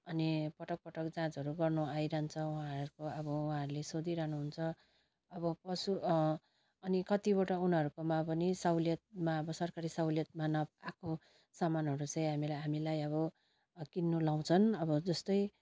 अनि पटक पटक जाँचहरू गर्नु आइरहन्छ उहाँहरूको अब उहाँहरूले सोधिरहनुहुन्छ अब पशु अनि कतिवटा उनीहरूकोमा पनि सहुलियतमा अब सरकारी सहुलियतमा नआएको सामानहरू चाहिँ हामीलाई हामीलाई अब किन्नु लाउँछ्न् अब जस्तै